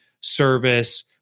service